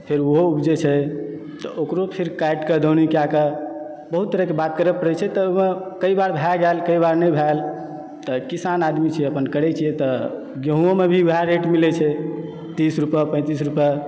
फेर ओहो उपजय छै तऽ ओकरो फेर काटिके दौनी कयकऽ बहुत तरहके बात करय पड़ैत छै तऽ ओहिमे कई बार भए गेल कइ बार नहि भेल तऽ किसान आदमी छी अपन करय छियै तऽ गेहुँओमे भी वएह रेट मिलय छै तीस रूपए पैतीस रूपए